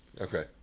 Okay